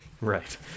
Right